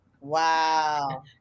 Wow